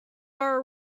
bar